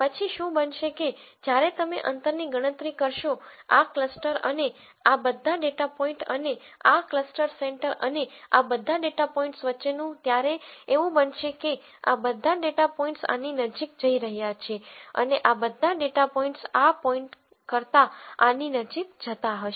પછી શું બનશે કે જ્યારે તમે અંતરની ગણતરી કરશો આ ક્લસ્ટર અને આ બધા ડેટા પોઇન્ટ અને આ ક્લસ્ટર સેન્ટર અને આ બધા ડેટા પોઇન્ટ્સ વચ્ચેનું ત્યારે એવું બનશે કે આ બધા ડેટા પોઇન્ટ્સ આની નજીક જઈ રહ્યાં છે અને આ બધા ડેટા પોઇન્ટ્સ આ પોઈન્ટ કરતા આની નજીક જતા હશે